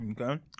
Okay